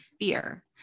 fear